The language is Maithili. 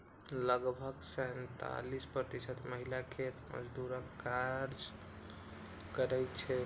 लगभग सैंतालिस प्रतिशत महिला खेत मजदूरक काज करै छै